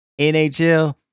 NHL